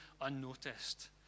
unnoticed